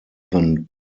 than